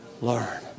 Learn